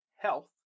health